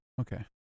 Okay